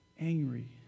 angry